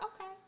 okay